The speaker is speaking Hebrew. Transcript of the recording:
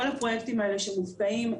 כל הפרויקטים האלה שמופקעים,